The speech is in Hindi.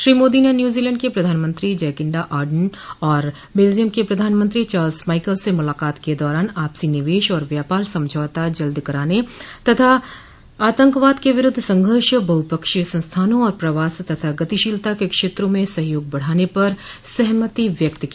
श्री मोदी ने न्यूजीलैंड के प्रधानमंत्री जैकिंडा आर्डर्न और बेल्जियम के प्रधानमंत्री चार्ल्स माइकल से मुलाकात के दौरान आपसी निवेश और व्यापार समझौता जल्दी करने तथा आतंकवाद क विरुद्ध संघर्ष बहुपक्षीय संस्थानों और प्रवास तथा गतिशीलता के क्षेत्रों में सहयोग बढ़ाने पर सहमति व्यक्त की